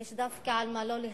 ויש דווקא על מה לא להסכים.